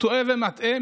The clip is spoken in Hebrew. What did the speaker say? טועה ומטעה,